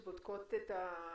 היום יום שלישי, ט"ו בכסלו התשפ"א,